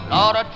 Lord